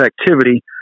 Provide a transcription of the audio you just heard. activity